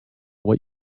what